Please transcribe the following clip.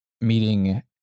meeting